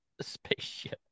spaceship